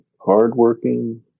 hardworking